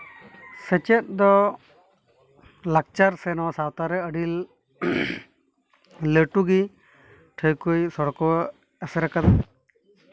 ᱥᱮᱪᱮᱫ ᱫᱚ ᱞᱟᱠᱪᱟᱨ ᱥᱮ ᱱᱚᱣᱟ ᱥᱟᱶᱛᱟ ᱨᱮ ᱟᱹᱰᱤ ᱞᱟᱹᱴᱩ ᱜᱮ ᱴᱷᱟᱹᱣᱠᱟᱹᱭ ᱥᱚᱲᱠᱚᱭ ᱮᱥᱮᱨ ᱠᱟᱫᱟ